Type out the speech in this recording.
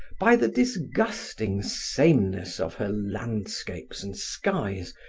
by the disgusting sameness of her landscapes and skies,